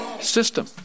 system